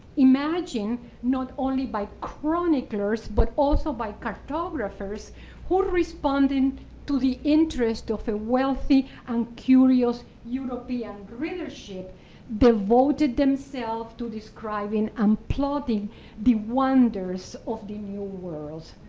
imagine not only by chroniclers but also by cartographers who responded to the interest of a wealthy and curious european readership devoted themselves to describing and um plotting the wonders of the new world.